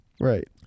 right